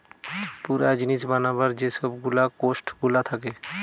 পুরা জিনিস বানাবার যে সব গুলা কোস্ট গুলা থাকে